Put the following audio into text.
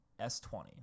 S20